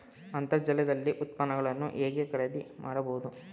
ಅಂತರ್ಜಾಲದಲ್ಲಿ ಉತ್ಪನ್ನಗಳನ್ನು ಹೇಗೆ ಖರೀದಿ ಮಾಡುವುದು?